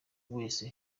wese